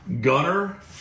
Gunner